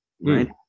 right